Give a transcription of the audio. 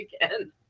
again